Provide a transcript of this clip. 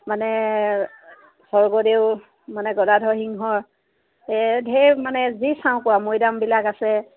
মানে স্বৰ্গদেউ মানে গদাধৰসিংহৰ এই ঢেৰ মানে যি চাওঁ কোৱা মৈদামবিলাক আছে